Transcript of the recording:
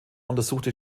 untersuchte